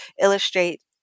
illustrate